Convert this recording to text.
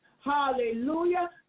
Hallelujah